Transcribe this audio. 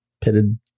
pitted